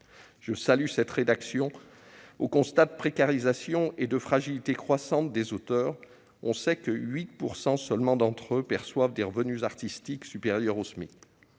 Je salue cette réaction au constat de précarisation et de fragilité croissante des auteurs : on le sait, 8 % seulement d'entre eux perçoivent des revenus artistiques supérieurs au SMIC.